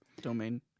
Domain